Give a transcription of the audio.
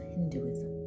Hinduism